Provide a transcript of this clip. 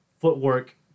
Footwork